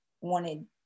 wanted